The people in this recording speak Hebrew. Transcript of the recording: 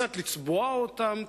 קצת לצבוע אותם,